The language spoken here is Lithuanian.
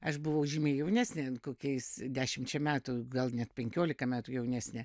aš buvau žymiai jaunesnė kokiais dešimčia metų gal net penkiolika metų jaunesnė